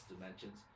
dimensions